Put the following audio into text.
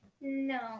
No